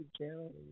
channel